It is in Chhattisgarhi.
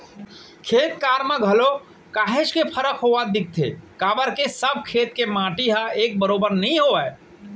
खेत खार म घलोक काहेच के फरक होवत दिखथे काबर के सब खेत के माटी ह एक बरोबर नइ होवय